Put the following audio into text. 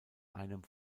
einem